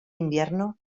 invierno